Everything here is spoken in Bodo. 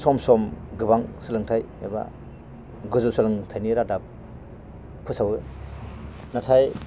सम सम गोबां सोलोंथाइ एबा गोजौ सोलोंथाइनि रादाब फोसावो नाथाय